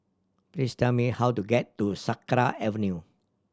please tell me how to get to Sakra Avenue